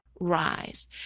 rise